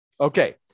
Okay